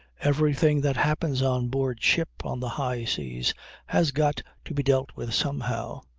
everything that happens on board ship on the high seas has got to be dealt with somehow.